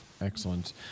excellent